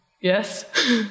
yes